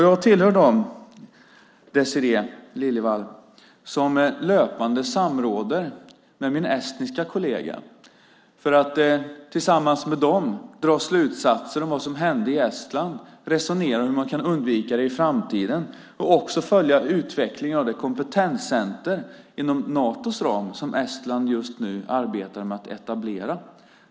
Jag tillhör dem, Désirée Liljevall, som löpande samråder med min estniska kollega för att tillsammans med esterna dra slutsatser om vad som hände i Estland, resonera om hur man kan undvika det i framtiden och också följa utvecklingen av det kompetenscenter inom Natos ram som Estland just nu arbetar med att etablera.